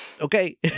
okay